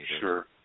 Sure